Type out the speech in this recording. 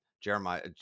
Jeremiah